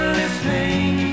listening